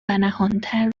نهانتر